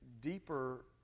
deeper